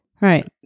Right